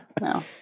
No